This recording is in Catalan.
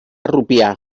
rupià